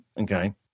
Okay